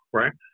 right